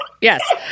yes